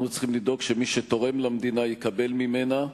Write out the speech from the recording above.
אנחנו צריכים לדאוג שמי שתורם למדינה יקבל ממנה,